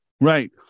Right